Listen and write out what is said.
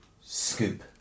scoop